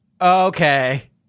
Okay